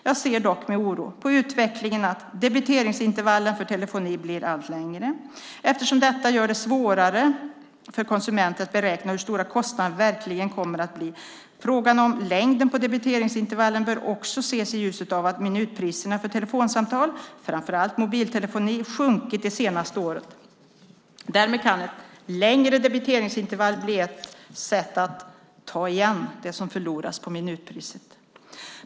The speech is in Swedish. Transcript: Jag ser dock med oro på utvecklingen att debiteringsintervallen för telefoni blir allt längre, eftersom detta gör det svårare för konsumenter att beräkna hur stora kostnaderna verkligen kommer att bli. Frågan om längden på debiteringsintervallen bör också ses i ljuset av att minutpriserna för telefonsamtal, framför allt mobiltelefoni, sjunkit de senaste åren. Därmed kan ett längre debiteringsintervall bli ett sätt att så att säga ta igen det som förloras på minutpriset.